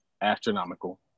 astronomical